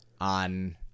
on